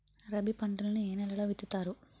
రబీ పంటలను ఏ నెలలో విత్తుతారు?